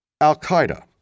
Al-Qaeda